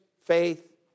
faith